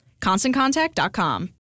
ConstantContact.com